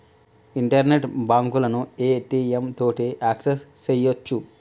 internet బాంకులను ATM తోటి access సెయ్యొచ్చు